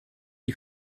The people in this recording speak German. die